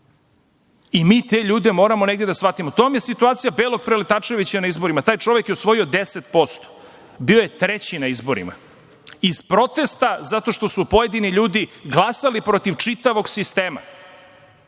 mi te ljude moramo negde da shvatimo. To vam je situacija Belog Preletačevića na izbora. Taj čovek je osvojio 10%. Bio je treći na izborima, iz protesta zato što su pojedini ljudi glasali protiv čitavnog sistema.